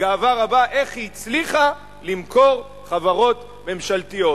בגאווה רבה, איך היא הצליחה למכור חברות ממשלתיות.